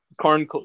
Corn